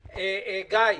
גיא,